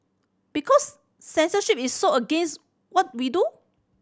because censorship is so against what we do